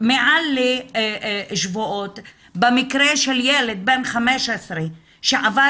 מעל לשבועות במקרה של ילד בן 15 שעבר